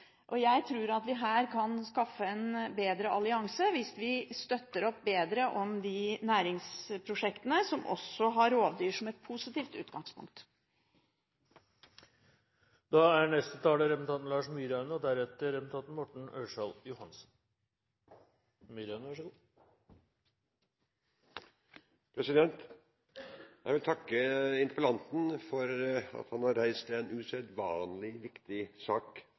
sentrum. Jeg tror at vi her kan skape en bedre allianse hvis vi støtter bedre opp om de næringsprosjektene som har rovdyr som et positivt utgangspunkt. Jeg vil takke interpellanten for at han har reist en usedvanlig viktig sak,